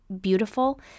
beautiful